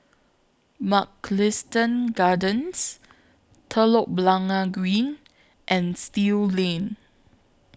Mugliston Gardens Telok Blangah Green and Still Lane